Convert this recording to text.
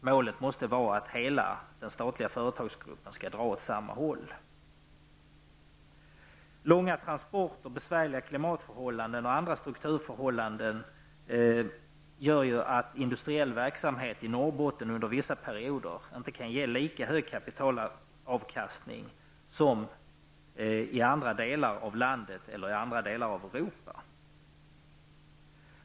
Målet måste vara att hela den statliga företagsgruppen skall dra åt samma håll. Långa transporter, besvärliga klimatförhållanden och andra strukturförhållanden gör att industriell verksamhet i Norrbotten under vissa perioder inte kan ge lika hög kapitalavkastning som i andra delar av landet eller i andra delar av Europa.